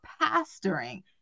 pastoring